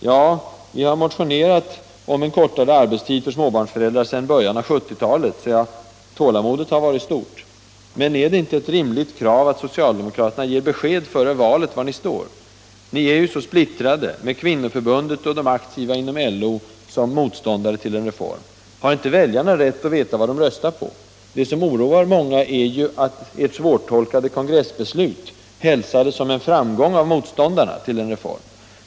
Ja, vi har motionerat om kortare arbetstid för småbarnsföräldrar sedan början av 1970-talet, så tålamodet har varit stort. Men är det inte ett rimligt krav att socialdemokraterna ger besked före valet om var ni står. Ni är ju så splittrade, med kvinnoförbundet och de aktiva inom LO som motståndare till en reform. Har inte väljarna rätt att veta vad de röstar på? Det som oroar många är ju att ert svårtolkade kongressbeslut hälsades som en framgång av motståndarna till en reform.